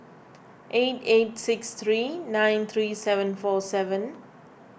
eight eight six three nine three seven four seven